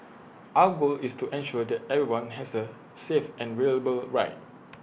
our goal is to ensure that everyone has A safe and ride